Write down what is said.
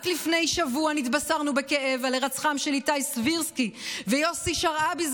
רק לפני שבוע נתבשרנו בכאב על הירצחם של איתי סבירסקי ויוסי שרעבי,